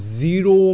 zero